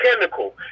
chemical